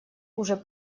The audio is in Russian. уже